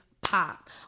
pop